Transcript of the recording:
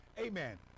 amen